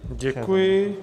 Děkuji.